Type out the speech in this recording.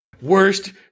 worst